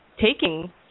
taking